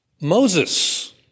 Moses